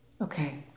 Okay